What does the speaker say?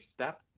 step